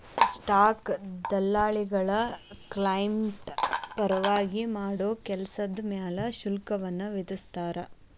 stock ದಲ್ಲಾಳಿಗಳ client ಪರವಾಗಿ ಮಾಡೋ ಕೆಲ್ಸದ್ ಮ್ಯಾಲೆ ಶುಲ್ಕವನ್ನ ವಿಧಿಸ್ತಾರ